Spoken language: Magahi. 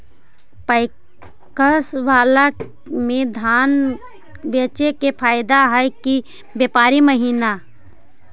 पैकस बाला में धान बेचे मे फायदा है कि व्यापारी महिना?